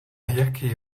jaký